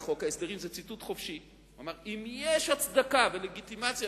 ציטוט חופשי: אם יש הצדקה ולגיטימציה